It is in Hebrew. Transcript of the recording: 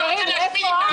אתה רוצה להשמיד אותו.